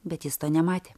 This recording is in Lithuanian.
bet jis to nematė